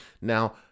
now